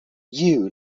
you